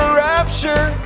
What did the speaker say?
rapture